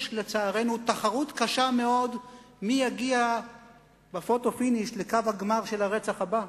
יש לצערנו תחרות קשה מאוד מי יגיע בפוטו-פיניש לקו הגמר של הרצח הבא.